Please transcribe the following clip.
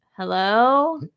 hello